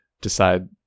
decide